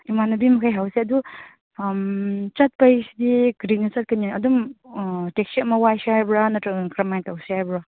ꯏꯃꯥꯟꯅꯕꯤ ꯃꯈꯩ ꯍꯧꯁꯦ ꯑꯗꯨ ꯆꯠꯄꯩꯁꯤꯗꯤ ꯀꯔꯤꯅ ꯆꯠꯀꯅꯤ ꯑꯗꯨꯝ ꯇꯦꯛꯁꯤ ꯑꯃ ꯋꯥꯏꯁꯤ ꯍꯥꯏꯕ꯭ꯔꯥ ꯅꯠꯇ꯭ꯔꯒꯅ ꯀꯔꯃꯥꯏ ꯇꯧꯁꯤ ꯍꯥꯏꯕ꯭ꯔꯣ